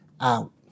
out